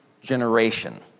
generation